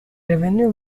revenue